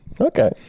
Okay